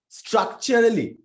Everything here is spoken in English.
structurally